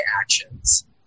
actions